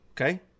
okay